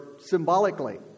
symbolically